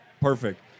perfect